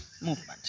movement